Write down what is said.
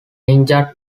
ninja